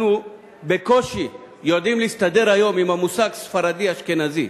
אנחנו בקושי יודעים להסתדר היום עם המושגים "ספרדי" ו"אשכנזי",